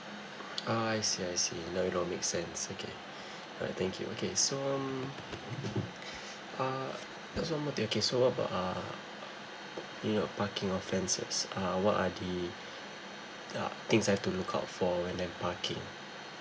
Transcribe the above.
oh I see I see now it all make sense okay alright thank you okay so uh so one more thing okay so what about uh you know parking offences uh what are the uh things I have to look out for random parking